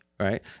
Right